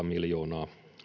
miljoonaa